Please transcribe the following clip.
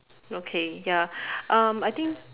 okay ya um I think